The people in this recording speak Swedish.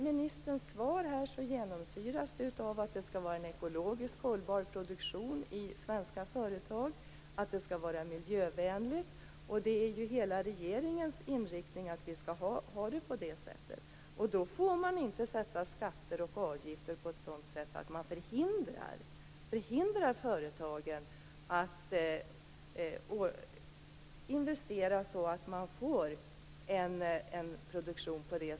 Ministerns svar genomsyras av att det skall vara en ekologiskt hållbar produktion i svenska företag, det skall vara miljövänligt. Det är hela regeringens inriktning att vi skall ha det på det sättet. Då får man inte sätta skatter och avgifter på ett sådant sätt att man förhindrar företagen att investera så att man får en sådan produktion.